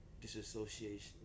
disassociation